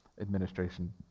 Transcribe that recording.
administration